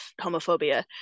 homophobia